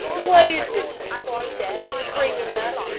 what is it? he said, springing up.